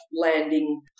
landing